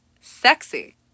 Sexy